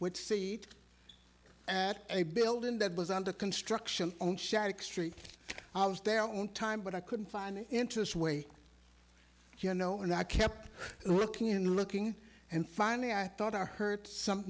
which seat at a building that was under construction on shattuck street i was there on time but i couldn't find interest way you know and i kept looking and looking and finally i thought i heard some